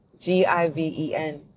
G-I-V-E-N